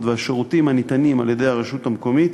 והשירותים הניתנים על-ידי הרשות המקומית,